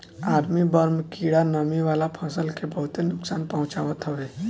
army worm कीड़ा नमी वाला फसल के बहुते नुकसान पहुंचावत हवे